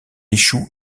échoue